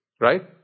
right